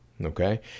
Okay